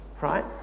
right